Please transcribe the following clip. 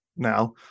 now